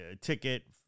ticket